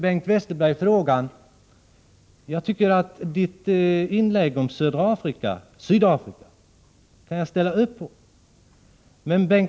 Bengt Westerbergs inlägg om Sydafrika kan jag ställa upp på.